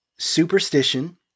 Superstition